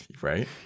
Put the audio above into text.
Right